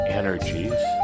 energies